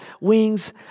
wings